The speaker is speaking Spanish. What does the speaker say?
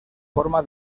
forma